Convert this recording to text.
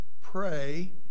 pray